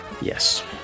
Yes